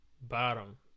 bottom